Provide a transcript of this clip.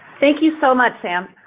thank you so much, sam.